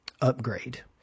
upgrade